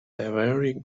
very